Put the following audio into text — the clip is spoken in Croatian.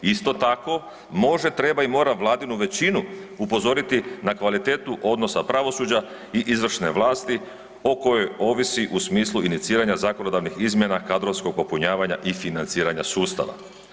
Isto tako može, treba i mora Vladinu većinu upozoriti na kvalitetu odnosa pravosuđa i izvršne vlasti o kojoj ovisi u smislu iniciranja zakonodavnih izmjena, kadrovskog popunjavanja i financiranja sustava.